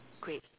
great